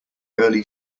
early